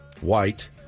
white